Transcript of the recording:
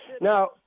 Now